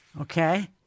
Okay